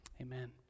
amen